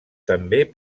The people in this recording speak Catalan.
també